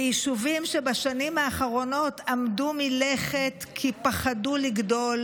ביישובים שבשנים האחרונות עמדו מלכת כי פחדו לגדול,